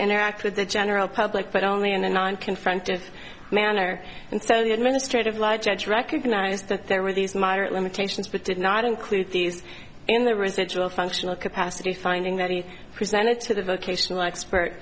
interact with the general public but only in a nine confronted manner and so the administrative law judge recognized that there were these moderate limitations but did not include these in the residual functional capacity finding that he presented to the vocational expert